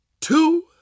two